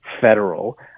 federal